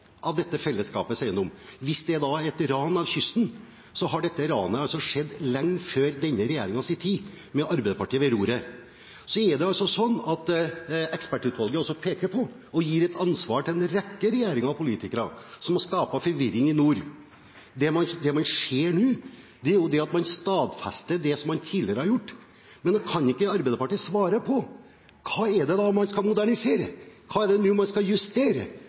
av dette fellesskapets eiendom. Hvis det er et ran av kysten, har dette ranet skjedd lenge før denne regjeringens tid, med Arbeiderpartiet ved roret. Så er det slik at ekspertutvalget peker på og gir et ansvar til en rekke regjeringer og politikere, som har skapt forvirring i nord. Det man ser nå, er at man stadfester det man tidligere har gjort. Men det kan ikke Arbeiderpartiet svare på. Hva er det da man skal modernisere? Hva er det man nå skal justere?